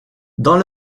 dans